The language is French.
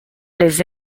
les